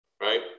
right